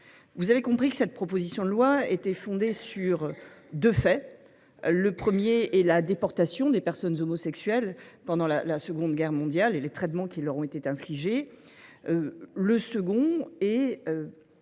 Vous l’avez compris, ce texte s’appuie sur deux faits. Le premier est la déportation des personnes homosexuelles pendant la Seconde Guerre mondiale et les traitements qui leur ont alors été infligés. Le second est